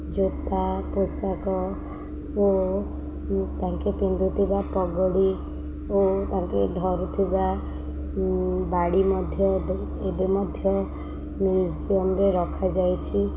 ଜୋତା ପୋଷାକ ଓ ତାଙ୍କେ ପିନ୍ଧୁଥିବା ପଗଡ଼ି ଓ ତାଙ୍କେ ଧରୁଥିବା ବାଡ଼ି ମଧ୍ୟ ଏବେ ମଧ୍ୟ ମ୍ୟୁଜିୟମ୍ରେ ରଖାଯାଇଛି